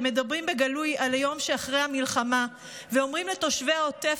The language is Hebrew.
שמדברים בגלוי על היום שאחרי המלחמה ואומרים לתושבי העוטף,